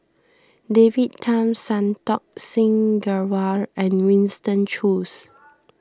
David Tham Santokh Singh Grewal and Winston Choos